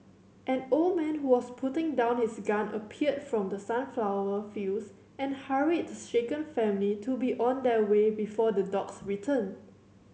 an old man who was putting down his gun appeared from the sunflower fields and hurried the shaken family to be on their way before the dogs return